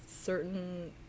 certain